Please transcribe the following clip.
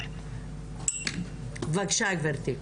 בבקשה, גברתי.